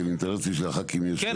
כי אני מתאר לעצמי שלחברי הכנסת יש שאלות.